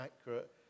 accurate